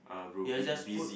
ya just put